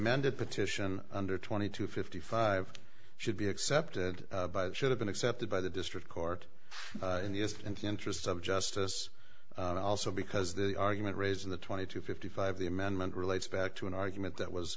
amended petition under twenty two fifty five should be accepted by should have been accepted by the district court in the interest of justice and also because the argument raised in the twenty two fifty five the amendment relates back to an argument that was